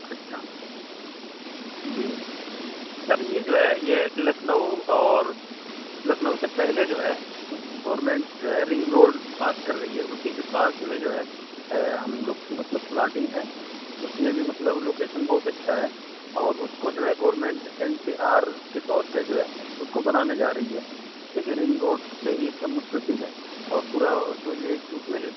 اچھا جی سر یہ جو ہے یہ لکھنؤ اور لکھنؤ سے پہلے جو ہے گورنمنٹ جو ہے رنگ روڈ پاس کر رہی ہے اسی کے پاس میں جو ہے ہم لوگ کی مطلب پلاٹنگ ہے اس میں بھی مطلب لوکیشن بہت اچھا ہے اور اس کو جو ہے گورنمنٹ این سی آر کے طور پہ جو ہے اس کو بنانے جا رہی ہے ٹھیک ہے رنگ روڈ سے ہی ایکدم متصل ہے اور پورا سمجھ لیجیے کہ اس میں جو